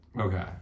Okay